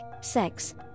sex